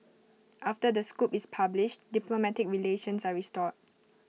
after the scoop is published diplomatic relations are restored